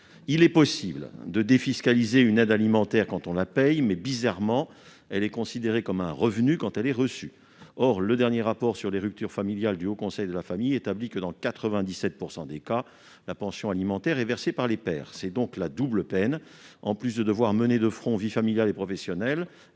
Il est possible de défiscaliser une aide alimentaire quand on la paie, mais, bizarrement, elle est considérée comme un revenu quand elle est reçue. Or le dernier rapport sur les ruptures familiales du Haut Conseil de la famille, de l'enfance et de l'âge (HCFEA) établit que, dans 97 % des cas, la pension alimentaire est versée par les pères. C'est donc la double peine : en plus de devoir mener de front vies familiale et professionnelle,